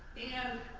and